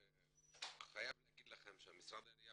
אני חייב להגיד לכם שמשרד העלייה